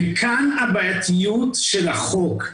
וכאן הבעייתיות של הצעת החוק.